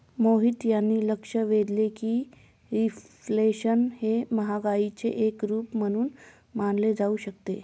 मोहित यांनी लक्ष वेधले की रिफ्लेशन हे महागाईचे एक रूप म्हणून मानले जाऊ शकते